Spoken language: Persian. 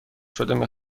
شده